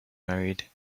married